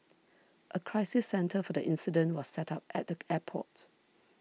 a crisis centre for the incident was set up at the airport